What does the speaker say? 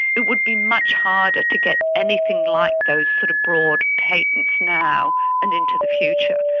it would be much harder to get anything like those sort of broad patents now and into the future.